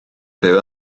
byw